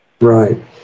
right